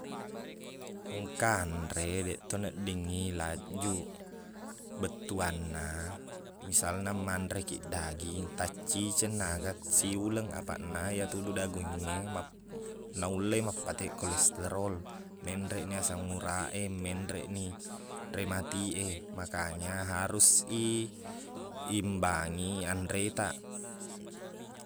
Engka anre deq to na ding i laqjuq. Bettuangna, misalna manrekiq daging, tacciceng na aga siuleng. Apaqna, iyatu udu daging e, map- naulle mappateq kolestrol, menreqni asam uraq e, menreqni rematik e. Makanya harus i imbangi anretaq.